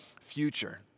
future